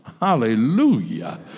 Hallelujah